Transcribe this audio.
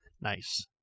Nice